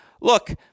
look